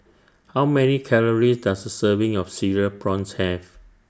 How Many Calories Does A Serving of Cereal Prawns Have